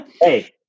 hey